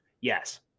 Yes